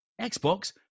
Xbox